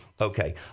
Okay